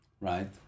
right